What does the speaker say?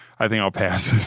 i think i'll pass this